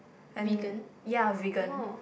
and ya vegan